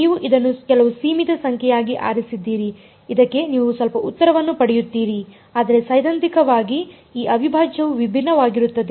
ನೀವು ಇದನ್ನು ಕೆಲವು ಸೀಮಿತ ಸಂಖ್ಯೆಯಾಗಿ ಆರಿಸಿದ್ದೀರಿ ಇದಕ್ಕೆ ನೀವು ಸ್ವಲ್ಪ ಉತ್ತರವನ್ನು ಪಡೆಯುತ್ತೀರಿ ಆದರೆ ಸೈದ್ಧಾಂತಿಕವಾಗಿ ಈ ಅವಿಭಾಜ್ಯವು ವಿಭಿನ್ನವಾಗಿರುತ್ತದೆ